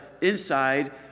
inside